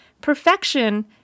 Perfection